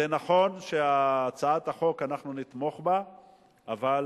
נכון שאנחנו נתמוך בהצעת החוק,